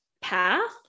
path